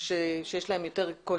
לאוכלוסיות שיש להן יותר קושי.